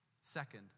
Second